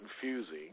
confusing